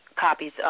copies